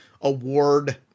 award